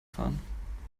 fahren